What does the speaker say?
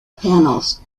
panels